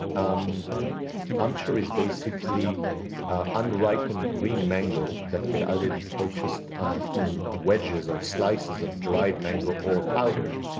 um amchoor is basically ah unripened green mango that can either be purchased um in wedges or slices of dried mango or powdered.